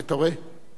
אוקיי, תודה.